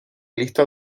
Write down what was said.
lista